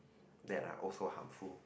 that are also harmful